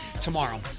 tomorrow